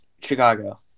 Chicago